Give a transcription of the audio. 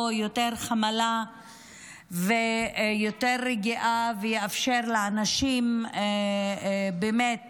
יותר חמלה ויותר רגיעה ויאפשר לאנשים באמת